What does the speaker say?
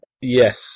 Yes